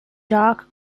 dark